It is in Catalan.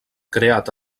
creat